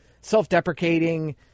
self-deprecating